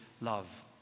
love